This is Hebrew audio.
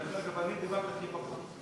דרך אגב, אני דיברתי הכי פחות.